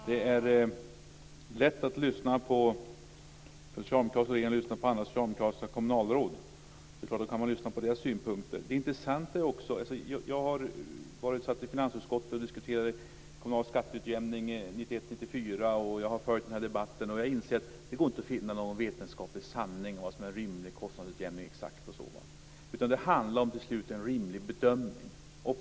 Herr talman! Det är lätt för den socialdemokratiska regeringen att lyssna på socialdemokratiska kommunalråd. Det är klart att man kan lyssna på deras synpunkter. Jag har suttit i finansutskottet och diskuterat kommunal skatteutjämning 1991-1994, jag har följt den här debatten och jag har insett, och det är intressant, att det inte går att finna någon vetenskaplig sanning om exakt vad som är en rimlig kostnadsutjämning. Det handlar till slut om en rimlig bedömning.